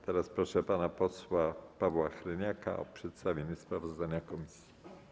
Teraz proszę pana posła Pawła Hreniaka o przedstawienie sprawozdania komisji.